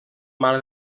mare